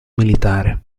militare